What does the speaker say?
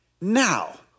Now